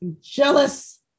jealous